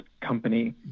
company